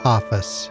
Office